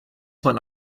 man